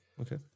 Okay